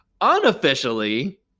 Unofficially